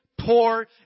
poor